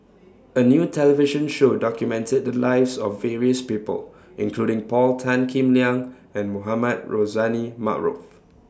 A New television Show documented The Lives of various People including Paul Tan Kim Liang and Mohamed Rozani Maarof